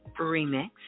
Remix